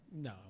no